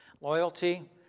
loyalty